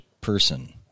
person